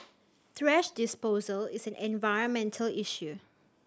thrash disposal is an environmental issue